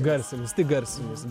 garsinis tik garsinis